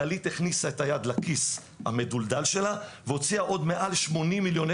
כללית הכניסה את היד לכיס המדולדל שלה והוציאה עוד מעל 80 מיליוני